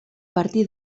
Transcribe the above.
partir